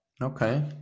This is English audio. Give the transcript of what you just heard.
okay